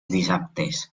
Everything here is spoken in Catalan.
dissabtes